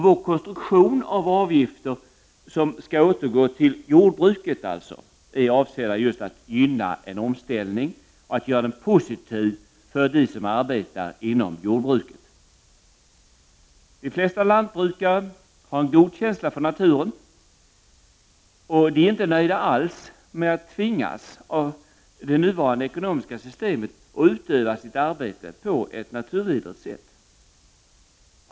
Vår konstruktion av avgifter som skall återgå till jordbruket är avsedda att gynna en omställning och att göra den positiv för dem som arbetar inom jordbruket. De flesta lantbrukare har en god känsla för naturen, och är inte nöjda alls med att tvingas av nuvarande ekonomiska system att utöva sitt arbete på ett naturvidrigt sätt.